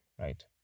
right